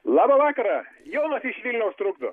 labą vakarą jonas iš vilniaus trukdo